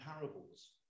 parables